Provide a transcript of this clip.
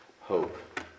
hope